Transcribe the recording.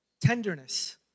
Tenderness